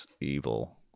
evil